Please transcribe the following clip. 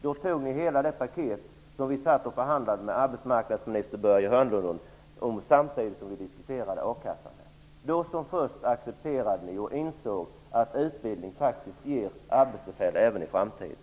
Då antog ni hela det paket som vi förhandlade om med arbetsmarknadsminister Börje Hörnlund, samtidigt som vi här diskuterade a-kassan. Då som först accepterade ni och insåg att utbildning faktiskt ger arbetstillfällen även i framtiden.